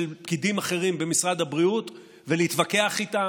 פקידים אחרים במשרד הבריאות ולהתווכח איתם,